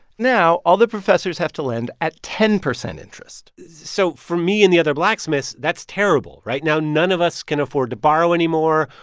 now all the professors have to lend at ten percent interest so for me and the other blacksmiths, that's terrible, right? now none of us can afford to borrow anymore.